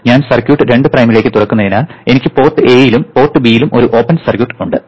ഞാൻ സർക്യൂട്ട് 2 പ്രൈമിലേക്ക് തുറക്കുന്നതിനാൽ എനിക്ക് പോർട്ട് എയിലും പോർട്ട് ബിയിലും ഒരു ഓപ്പൺ സർക്യൂട്ട് ഉണ്ട്